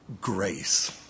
grace